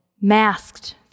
masked